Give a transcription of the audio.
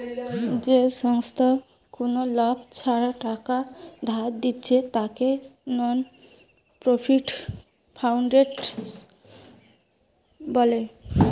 যেই সংস্থা কুনো লাভ ছাড়া টাকা ধার দিচ্ছে তাকে নন প্রফিট ফাউন্ডেশন বলে